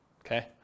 Okay